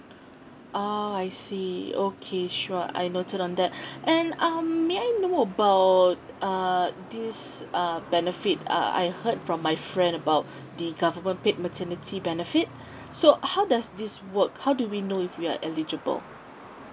oh I see okay sure I've noted on that and um may I know about err this err benefit uh I heard from my friend about the government paid maternity benefit so how does this work how do we know if we are eligible